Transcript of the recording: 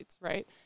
right